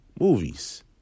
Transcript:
movies